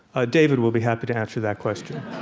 ah david will be happy to answer that question